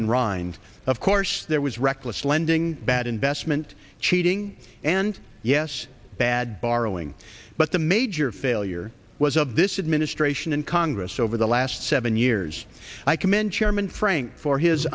rhymes of course there was reckless lending bad investment cheating and yes bad borrowing but the major failure was of this administration and congress over the last seven years i commend chairman frank for his